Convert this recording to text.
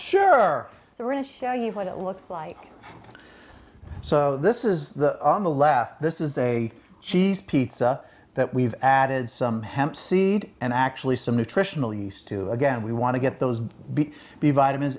it looks like so this is the on the left this is a cheese pizza that we've added some hempseed and actually some nutritional use too again we want to get those b b vitamins